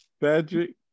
Patrick